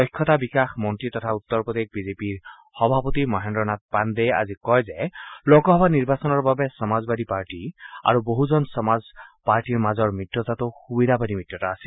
দক্ষতা বিকাশ মন্ত্ৰী তথা উত্তৰ প্ৰদেশ বিজেপিৰ সভাপতি মহেন্দ্ৰ নাথ পাণ্ডেয়ে আজি কয় যে লোকসভা নিৰ্বাচনৰ বাবে সমাজবাদী পাৰ্টী আৰু বছজন সমাজবাদী পাৰ্টীৰ মাজৰ মিত্ৰতাটো সূবিধাবাদী মিত্ৰতা আছিল